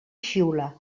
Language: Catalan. xiula